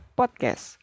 podcast